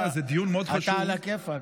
זה דיון מאוד חשוב, אתה יודע,